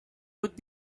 would